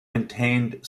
contained